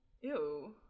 Ew